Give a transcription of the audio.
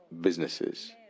businesses